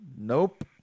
Nope